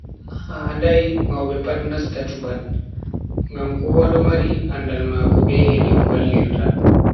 Handai maube pat nasta chubal, ngam kowa do mari andaal mako be hedi o vallirta.